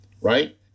right